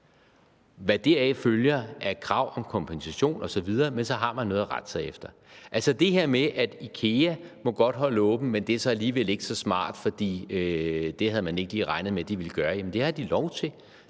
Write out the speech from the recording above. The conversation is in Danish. der deraf følge krav om kompensation osv., men så har man noget at rette sig efter. Altså, til det her med, at IKEA godt må holde åben, men at det så alligevel ikke er så smart, for det havde man ikke lige regnet med de ville gøre det: Jamen det har de lov til,